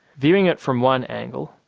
viewing it from one angle,